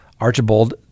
Archibald